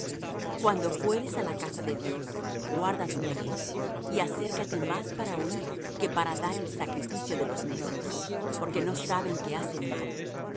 cuando fueres á la casa de dios guarda tu pie y acércate más para oir que para dar el sacrificio de los necios porque no saben que hacen mal